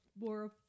more